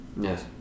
Yes